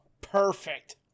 perfect